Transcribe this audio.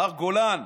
מר גולן,